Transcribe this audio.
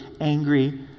angry